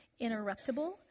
interruptible